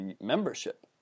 membership